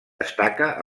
destaca